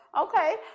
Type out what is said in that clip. Okay